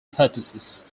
purposes